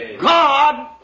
God